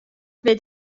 wit